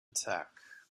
attack